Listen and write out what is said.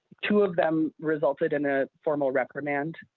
two of them resulted in a formal reprimand.